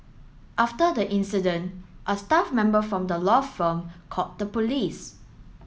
after the incident a staff member from the law firm called the police